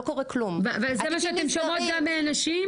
לא קורה כלום --- וזה מה שאתן שומעות גם מנשים?